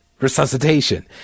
resuscitation